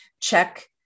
Check